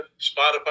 Spotify